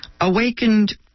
awakened